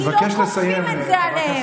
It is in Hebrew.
כי לא כופים את זה עליהם.